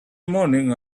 morning